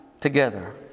together